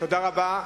תודה רבה.